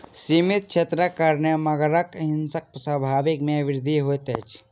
सीमित क्षेत्रक कारणेँ मगरक हिंसक स्वभाव में वृद्धि होइत अछि